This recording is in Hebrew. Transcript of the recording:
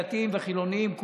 דתיים וחילוניים,